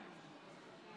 אני קובע כי הסתייגות מס' 5